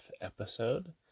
episode